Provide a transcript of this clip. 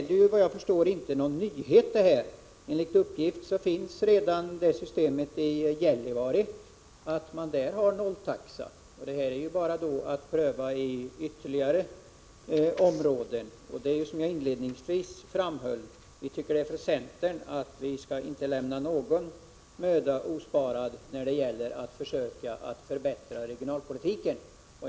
Detta förslag är inte någon nyhet — enligt uppgift finns systemet med nolltaxa redan i Gällivare, och det är bara att pröva det även i andra områden. Som jag inledningsvis framhöll, tycker centern inte att någon möda skall sparas för att förbättra regionalpolitiken.